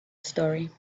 story